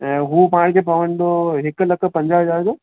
ऐं हूं पाण खे पवंदो हिकु लख पंज हज़ार जो